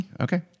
Okay